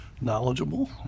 knowledgeable